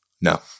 No